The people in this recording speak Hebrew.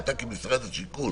אתה כמשרד השיכון